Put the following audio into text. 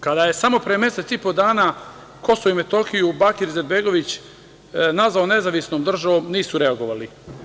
Kada je samo pre mesec i po dana KiM, Bakir Izetbegović, nazvao nezavisnom državom, nisu reagovali.